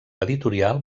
editorial